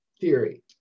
theory